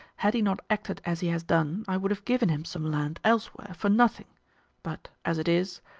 had he not acted as he has done, i would have given him some land elsewhere for nothing but, as it is,